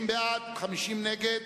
30 בעד, 50 נגד.